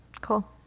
Cool